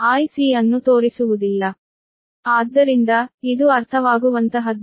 ಆದ್ದರಿಂದ ಇದು ಅರ್ಥವಾಗುವಂತಹದ್ದಾಗಿದೆ